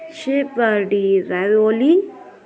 शेपाडी रॅववोली